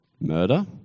murder